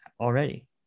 already